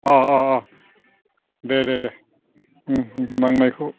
अह अह अह दे दे दे उम उम उम नांनायखौ